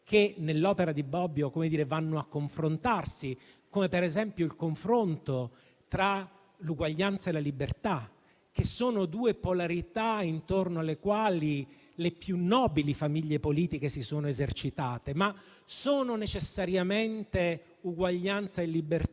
che nell'opera di Bobbio vanno a confrontarsi. Pensiamo ad esempio al confronto tra l'uguaglianza e la libertà: due polarità intorno alle quali le più nobili famiglie politiche si sono esercitate. Sono necessariamente uguaglianza e libertà